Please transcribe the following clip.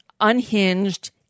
unhinged